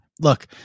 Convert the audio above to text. look